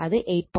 അത് 8